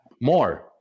more